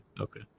okay